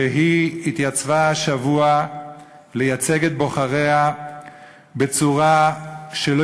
שהתייצבה השבוע לייצג את בוחריה בצורה שלא